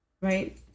right